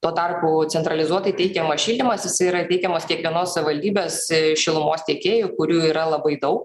tuo tarpu centralizuotai teikiamas šildymas jisai yra teikiamas kiekvienos savivaldybės šilumos tiekėjų kurių yra labai daug